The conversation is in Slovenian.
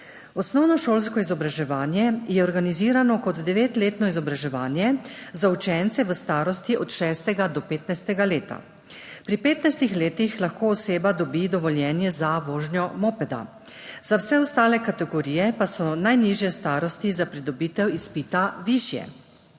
Osnovnošolsko izobraževanje je organizirano kot devetletno izobraževanje za učence v starosti od 6. do 15. leta. Pri 15 letih lahko oseba dobi dovoljenje za vožnjo mopeda, za vse ostale kategorije pa so najnižje starosti za pridobitev izpita višje.